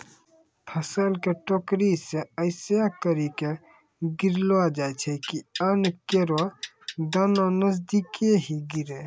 फसल क टोकरी सें ऐसें करि के गिरैलो जाय छै कि अन्न केरो दाना नजदीके ही गिरे